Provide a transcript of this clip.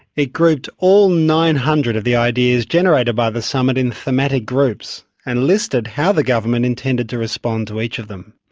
it grouped all nine hundred of the ideas generated by the summit in thematic groups and listed how the government intended to respond to each of them.